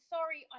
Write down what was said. Sorry